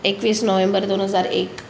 एकवीस नोव्हेंबर दोन हजार एक